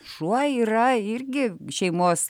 šuo yra irgi šeimos